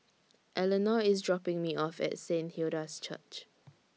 Eleonore IS dropping Me off At Saint Hilda's Church